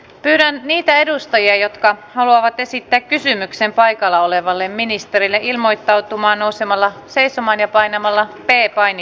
pyydän niitä edustajia jotka haluavat esittää kysymyksen paikalla olevalle ministerille ilmoittautumaan nousemalla seisomaan ja painamalla p painiketta